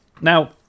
now